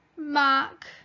mark